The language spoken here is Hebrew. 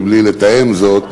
מבלי לתאם זאת,